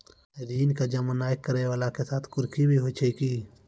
ऋण के जमा नै करैय वाला के साथ कुर्की भी होय छै कि?